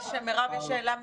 מירב, יש שאלה מקדמית.